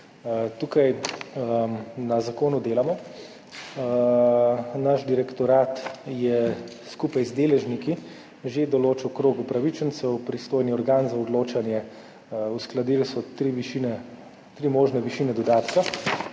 Na zakonu delamo, naš direktorat je skupaj z deležniki že določil krog upravičencev, pristojni organ za odločanje, uskladili so tri možne višine dodatka,